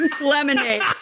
lemonade